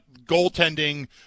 goaltending